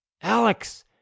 Alex